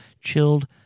Chilled